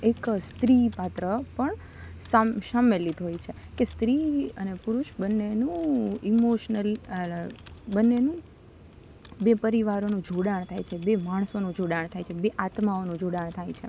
એક સ્ત્રી પાત્ર પણ સંમેલિત હોય છે કે સ્ત્રી અને પુરુષ બન્નેનું ઇમોશનલ બંનેનું બે પરિવારોનું જોડાણ થાય છે બે માણસોનું જોડાણ થાય છે બે આત્માઓનું જોડાણ થાય છે